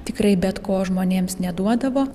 tikrai bet ko žmonėms neduodavo